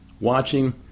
watching